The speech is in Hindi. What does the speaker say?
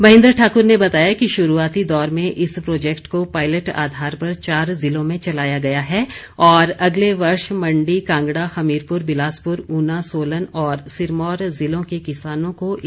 महेन्द्र ठाकुर ने बताया कि शुरूआती दौर में इस प्रॉजेक्ट को पाईलेट आधार पर चार जिलों में चलाया गया है और अगले वर्ष मंडी कांगड़ा हमीरपुर बिलासपुर ऊना सोलन और सिरमौर जिलों के किसानों को इससे जोड़ा जाएगा